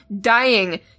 dying